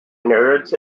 nerds